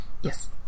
yes